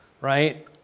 Right